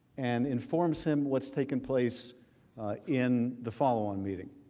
and informs him what is taking place in the following meeting.